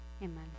amen